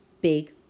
big